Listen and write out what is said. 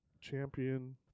Champion